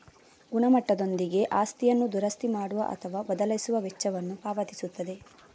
ಗುಣಮಟ್ಟದೊಂದಿಗೆ ಆಸ್ತಿಯನ್ನು ದುರಸ್ತಿ ಮಾಡುವ ಅಥವಾ ಬದಲಿಸುವ ವೆಚ್ಚವನ್ನು ಪಾವತಿಸುತ್ತದೆ